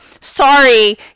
sorry